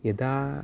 यदा